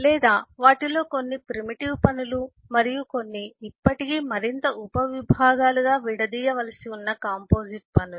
లేదా వాటిలో కొన్ని ప్రిమిటివ్ పనులు మరియు కొన్ని ఇప్పటికీ మరింత ఉపవిభాగాలుగా విడదీయవలసివున్న కాంపోజిట్ పనులు